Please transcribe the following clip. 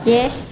Yes